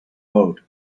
boat